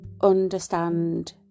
understand